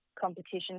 competition